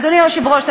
אדוני היושב-ראש,